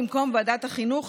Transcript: במקום ועדת החינוך,